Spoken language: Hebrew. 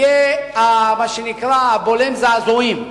יהיה, מה שנקרא, בולם הזעזועים,